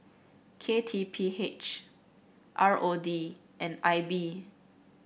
K T P H R O D and I B